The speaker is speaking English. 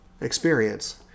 experience